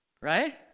Right